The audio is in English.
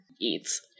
eats